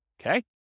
okay